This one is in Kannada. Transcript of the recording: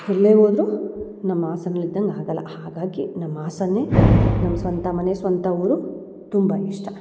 ಎಲ್ಲೇ ಹೋದ್ರು ನಮ್ಮ ಹಾಸನಲ್ ಇದ್ದಂಗೆ ಆಗಲ್ಲ ಹಾಗಾಗಿ ನಮ್ಮ ಹಾಸನ್ನೆ ನಮ್ಮ ಸ್ವಂತ ಮನೆ ಸ್ವಂತ ಊರು ತುಂಬ ಇಷ್ಟ